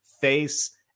face